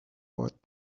what